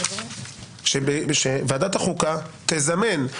ש"ועדת החוקה תזמן",